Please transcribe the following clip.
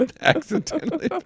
accidentally